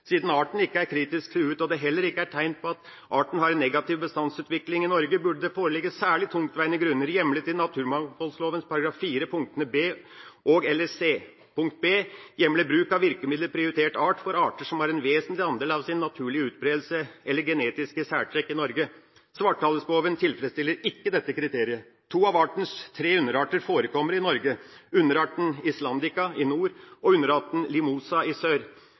Siden arten ikke er kritisk truet og det heller ikke er tegn på at arten har en negativ bestandsutvikling i Norge, burde det foreligge særlig tungtveiende grunner, hjemlet i naturmangfoldloven § 23, punktene b og/eller c. Punkt b hjemler bruk av virkemidlet prioritert art for arter som har «en vesentlig andel av sin naturlige utbredelse eller genetiske særtrekk i Norge». Svarthalespoven tilfredsstiller ikke dette kriteriet. To av artens tre underarter forekommer i Norge, underarten islandica i nord og underarten limosa i sør.